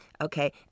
Okay